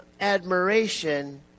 admiration